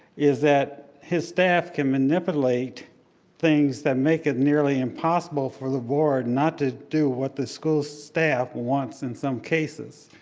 is that his staff can manipulate things that make it nearly impossible for the board not to do what the school staff wants in some cases.